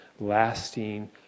lasting